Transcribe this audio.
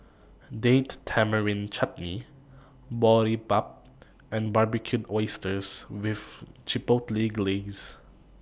Date Tamarind Chutney Boribap and Barbecued Oysters with Chipotle Glaze